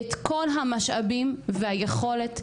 את כל המשאבים והיכולת,